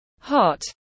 hot